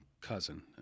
cousin